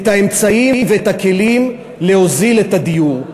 את האמצעים ואת הכלים להוזיל את הדיור.